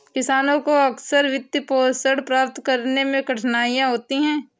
किसानों को अक्सर वित्तपोषण प्राप्त करने में कठिनाई होती है